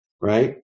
right